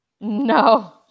No